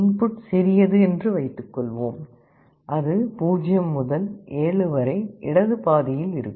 input சிறியது என்று வைத்துக்கொள்வோம் அது 0 முதல் 7 வரை இடது பாதியில் இருக்கும்